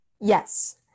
Yes